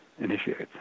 initiates